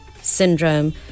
syndrome